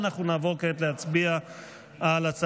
14 בעד, אין מתנגדים ואין נמנעים.